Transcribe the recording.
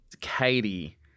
Katie